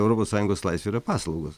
europos sąjungos laisvių yra paslaugos